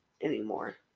anymore